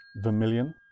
vermilion